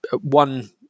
one